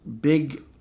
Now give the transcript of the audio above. big